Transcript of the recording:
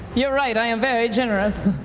you're right, i am very generous.